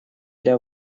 для